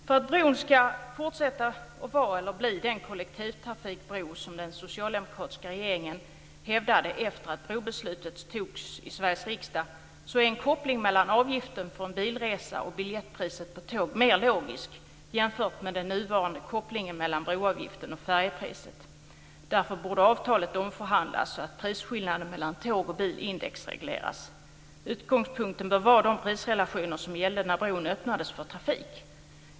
För att bron ska bli den kollektivtrafikbro som den socialdemokratiska regeringen hävdade efter det att beslutet om bron fattades i Sveriges riksdag är en koppling mellan avgiften för en bilresa och biljettpriset på tåg mer logisk jämfört med den nuvarande kopplingen mellan broavgiften och färjepriset. Därför borde avtalet omförhandlas så att prisskillnaden mellan tåg och bil indexregleras. Utgångspunkten bör vara de prisrelationer som gällde när bron öppnades för trafik.